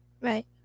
Right